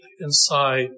inside